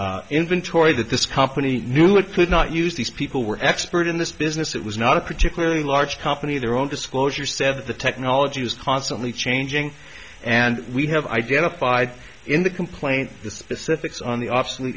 was inventory that this company knew it could not use these people were expert in this business it was not a particularly large company their own disclosure said that the technology was constantly changing and we have identified in the complaint the specifics on the